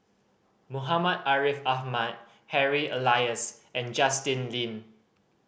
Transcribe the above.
Muhammad Ariff Ahmad Harry Elias and Justin Lean